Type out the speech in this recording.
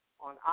on